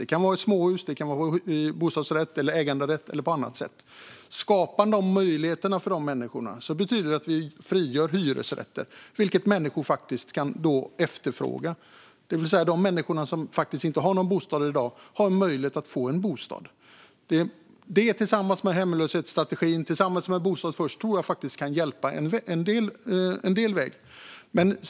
Det kan vara småhus, bostadsrätt, äganderätt eller något annat. Om de möjligheterna skapas betyder det att hyresrätter som människor kan efterfråga frigörs. De som inte har någon bostad i dag har då möjlighet att få bostad. Det, tillsammans med hemlöshetsstrategin och Bostad först, tror jag kan hjälpa en bit på vägen.